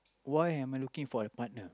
why am I looking for a partner